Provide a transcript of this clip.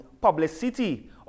publicity